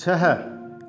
छह